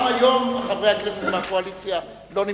גם היום חברי הכנסת מהקואליציה לא נמצאים,